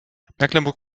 mecklenburg